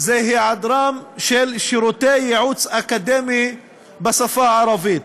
הוא היעדרם של שירותי ייעוץ אקדמי בשפה הערבית,